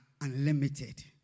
unlimited